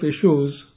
issues